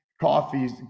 coffees